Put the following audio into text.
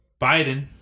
Biden